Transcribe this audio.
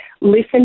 listen